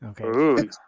Okay